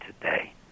today